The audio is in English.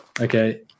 Okay